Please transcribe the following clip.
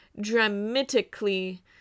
dramatically